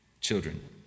children